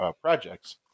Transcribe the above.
projects